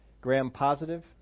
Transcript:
Gram-positive